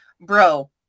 bro